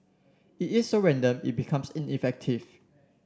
it is so random it becomes ineffective